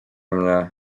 mnie